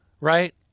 right